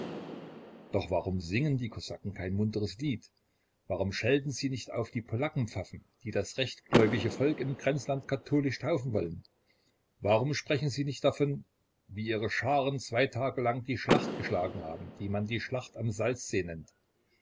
doch warum singen die kosaken kein munteres lied warum schelten sie nicht auf die polackenpfaffen die das rechtgläubige volk im grenzland katholisch taufen wollen warum sprechen sie nicht davon wie ihre scharen zwei tage lang die schlacht geschlagen haben die man die schlacht am salzsee